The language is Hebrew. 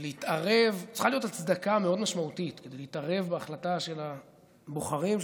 צריכה להיות הצדקה מאוד משמעותית כדי להתערב בהחלטה של הבוחרים,